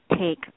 take